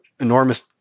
enormous